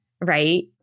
right